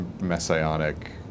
messianic